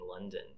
London